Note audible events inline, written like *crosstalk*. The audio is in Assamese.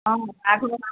অঁ *unintelligible*